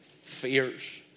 fears